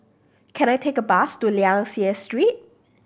can I take a bus to Liang Seah Street